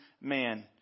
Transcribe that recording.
man